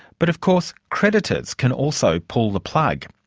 but of course creditors can also pull the plug.